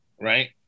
right